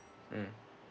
mm